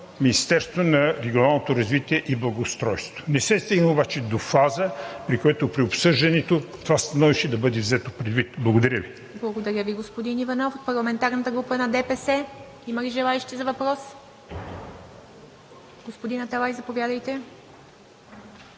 Министерството на регионалното развитие и благоустройството. Не се стигна обаче до фаза, при която обсъждането на това становище да бъде взето предвид. Благодаря Ви. ПРЕДСЕДАТЕЛ ИВА МИТЕВА: Благодаря Ви, господин Иванов. От парламентарната група на ДПС има ли желаещи за въпрос? Господин Аталай, заповядайте.